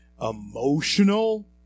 emotional